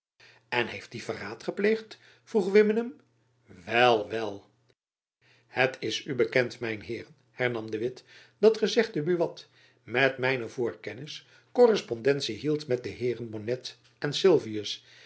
en heeft die verraad gepleegd vroeg wimmenum wel wel het is u bekend mijn heeren hernam de witt dat gezegde buat met mijne voorkennis korrespondentie hield met de heeren bennet en